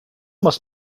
must